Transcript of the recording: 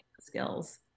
skills